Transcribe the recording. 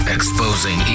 Exposing